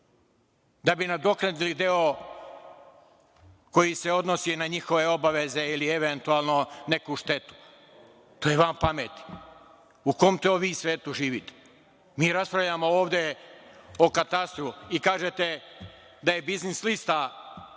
da bi nadoknadili deo koji se odnosi na njihove obaveze ili eventualno neku štetu. To je van pameti.U kom to vi svetu živite? Mi raspravljamo ovde o katastru i kažete da je biznis lista